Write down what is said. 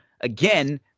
Again